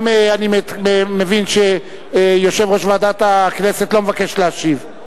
אני גם מבין שיושב-ראש ועדת הכנסת לא מבקש להשיב.